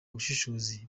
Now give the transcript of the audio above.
ubushishozi